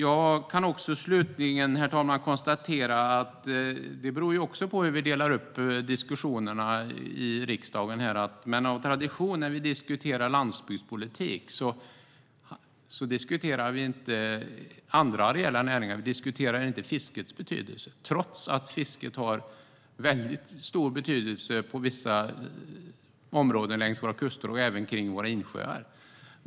Herr talman! Jag kan konstatera att vi delar upp diskussionerna här i riksdagen på ett sådant sätt att vi av tradition inte diskuterar andra areella näringar när vi diskuterar landsbygdspolitik. Vi diskuterar inte fiskets betydelse, trots att fisket har en mycket stor betydelse i vissa områden längs våra kuster och även kring våra insjöar.